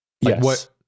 yes